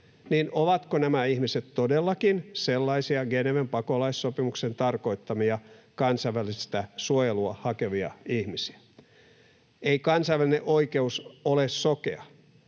niin ovatko nämä ihmiset todellakin sellaisia Geneven pakolaissopimuksen tarkoittamia kansainvälistä suojelua hakevia ihmisiä? Ei kansainvälinen oikeus ole sokea.